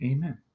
Amen